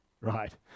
right